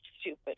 stupid